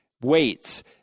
weights